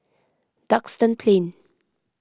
Duxton Plain